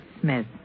Smith